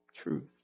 truth